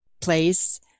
place